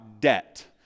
debt